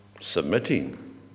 Submitting